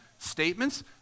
statements